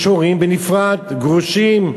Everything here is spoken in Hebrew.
יש הורים בנפרד, גרושים,